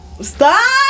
stop